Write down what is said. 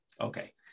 okay